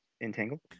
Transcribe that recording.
entangled